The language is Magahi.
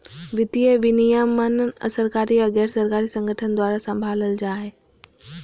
वित्तीय विनियमन सरकारी या गैर सरकारी संगठन द्वारा सम्भालल जा हय